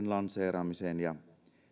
lanseeraamiseen ja